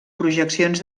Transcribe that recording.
projeccions